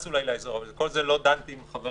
כשנכנסים לאזור, אבל על כל זה לא דנתי עם חבריי.